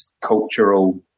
cultural